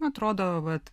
atrodo vat